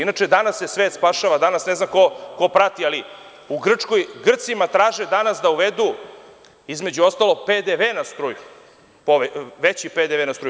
Inače, danas se svet spašava, ne znam ko prati, ali u Grčkoj, Grcima traže danas da uvedu, između ostalog, PDV na struju, veći PDV na struju.